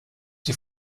die